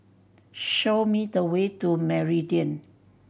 show me the way to Meridian